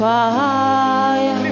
Fire